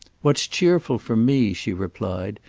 what's cheerful for me, she replied,